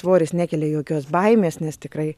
svoris nekelia jokios baimės nes tikrai